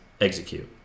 execute